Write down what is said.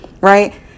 right